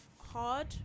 hard